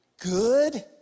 Good